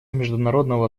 международного